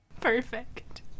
Perfect